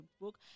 book